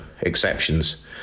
exceptions